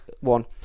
One